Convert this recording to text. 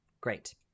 Great